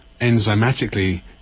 enzymatically